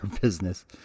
business